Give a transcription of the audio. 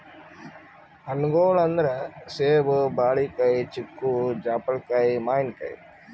ಹಣ್ಣ್ಗೊಳ್ ಅಂದ್ರ ಸೇಬ್, ಬಾಳಿಕಾಯಿ, ಚಿಕ್ಕು, ಜಾಪಳ್ಕಾಯಿ, ಮಾವಿನಕಾಯಿ